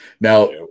Now